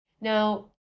now